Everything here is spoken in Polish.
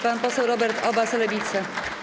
Pan poseł Robert Obaz, Lewica.